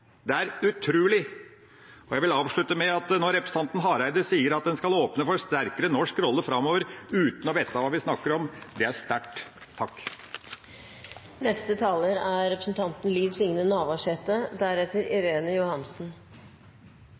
Det er utrolig! Jeg vil avslutte med: Når representanten Hareide sier at en skal åpne for sterkere norsk rolle framover, uten å vite hva vi snakker om, så er det sterkt.